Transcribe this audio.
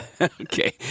Okay